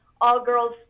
all-girls